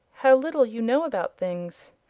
how little you know about things!